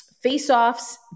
Face-offs